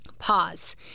pause